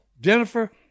Jennifer